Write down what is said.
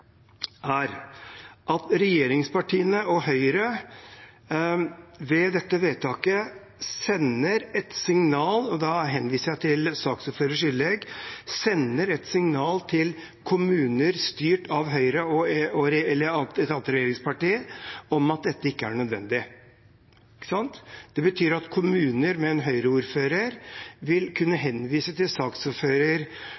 og da henviser jeg til saksordførerens innlegg – til kommuner styrt av Høyre eller et annet regjeringsparti, om at dette ikke er nødvendig. Det betyr at kommuner med en Høyre-ordfører vil kunne